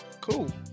Cool